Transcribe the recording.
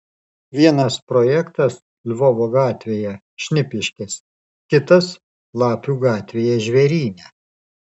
vienas projektas lvovo gatvėje šnipiškėse kitas lapių gatvėje žvėryne